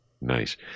nice